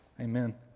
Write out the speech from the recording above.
Amen